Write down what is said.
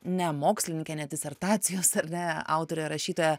ne mokslininkė ne disertacijos ar ne autorė rašytoja